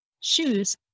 shoes